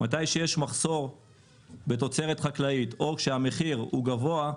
כשיש מחסור בתוצרת חקלאית או כשהמחיר הוא גבוה,